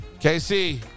KC